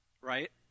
right